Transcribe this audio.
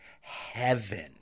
heaven